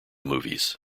movies